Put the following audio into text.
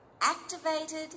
activated